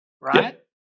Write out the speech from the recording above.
right